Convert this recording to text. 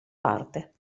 parte